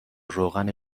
روغن